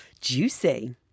Juicy